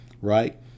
right